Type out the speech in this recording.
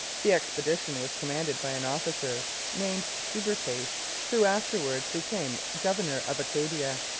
the expedition was commanded by an officer named subercase, who afterwards became governor of acadia.